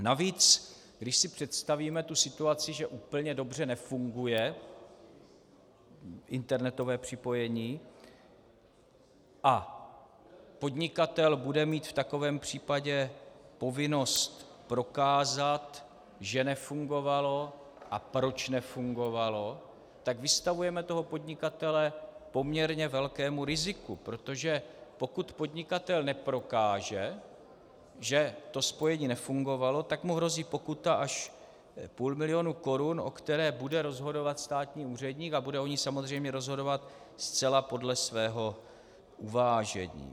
Navíc, když si představíme tu situaci, že úplně dobře nefunguje internetové připojení a podnikatel bude mít v takovém případě povinnost prokázat, že nefungovalo a proč nefungovalo, tak vystavujeme toho podnikatele poměrně velkému riziku, protože pokud podnikatel neprokáže, že spojení nefungovalo, tak mu hrozí pokuta až půl milionu korun, o které bude rozhodovat státní úředník, a bude o ní samozřejmě rozhodovat zcela podle svého uvážení.